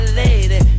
lady